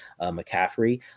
McCaffrey